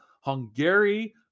Hungary